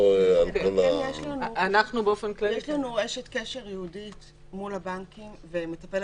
יש לנו אשת קשר ייעודית מול הבנקים והיא מטפלת.